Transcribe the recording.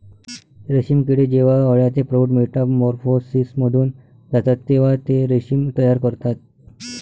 रेशीम किडे जेव्हा अळ्या ते प्रौढ मेटामॉर्फोसिसमधून जातात तेव्हा ते रेशीम तयार करतात